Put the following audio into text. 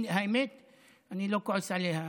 האמת היא שאני לא כועס עליה,